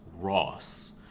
Ross